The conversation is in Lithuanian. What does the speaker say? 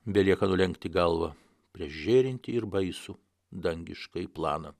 belieka nulenkti galvą prieš žėrintį ir baisų dangiškąjį planą